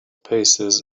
paces